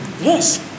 Yes